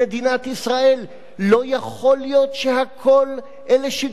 לא יכול להיות שהכול אלה שיקולים קואליציוניים.